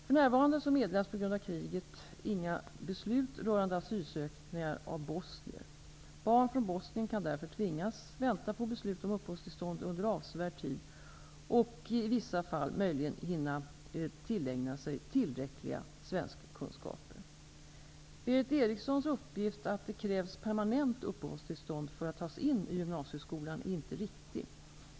För närvarande meddelas på grund av kriget inga beslut rörande asylansökningar av bosnier. Barn från Bosnien kan därför tvingas vänta på beslut om uppehållstillstånd under avsevärd tid och i vissa fall möjligen hinna tillägna sig tillräckliga svenskkunskaper. Berith Erikssons uppgift att det krävs permanent uppehållstillstånd för att tas in i gymnasieskolan är inte riktig.